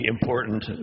important